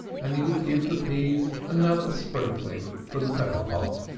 and he would give the peas another sprinkling from the pepper-pot.